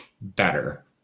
better